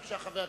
לא ביקשת?